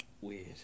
Weird